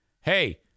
hey